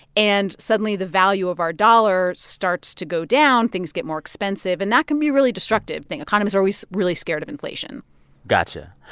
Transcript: and suddenly, the value of our dollar starts to go down. things get more expensive. and that can be really destructive. economies are always really scared of inflation gotcha.